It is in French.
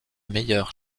meilleur